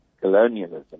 colonialism